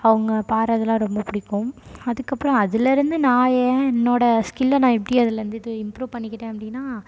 அவங்க பாடுறதுலாம் ரொம்ப புடிக்கும் அதுக்கப்புறம் அதில் இருந்து நான் என் என்னோடய ஸ்கில்லை நான் எப்படி அதிலேருந்து இது இம்ப்ரூவ் பண்ணிக்கிட்டேன் அப்படின்னா